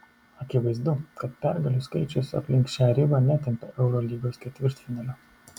akivaizdu kad pergalių skaičius aplink šią ribą netempia eurolygos ketvirtfinalio